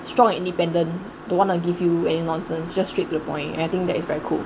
strong and independent don't wanna give you any nonsense just straight to the point and I think that it's very cool